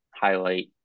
highlight